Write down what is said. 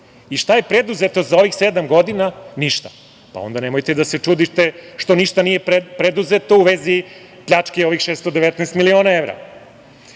Šta je preduzeto za ovih sedam godina? Ništa i onda nemojte da se čudite što ništa nije preduzeto u vezi pljačke ovih 619 miliona